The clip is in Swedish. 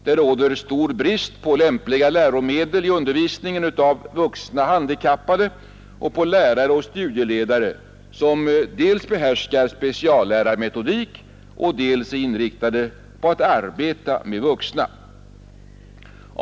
Det råder stor brist på lämpliga läromedel för undervisning av vuxna handikappade och på lärare och studieledare som dels behärskar speciallärarmetodik, dels är inriktade på att arbeta med vuxna.